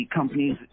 companies